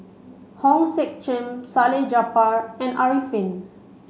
Hong Sek Chern Salleh Japar and Arifin